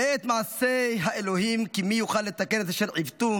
"'ראה את מעשה האלוהים כי מי יוכל לתקן את אשר עִותוֹ':